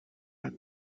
and